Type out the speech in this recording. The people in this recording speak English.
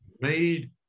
made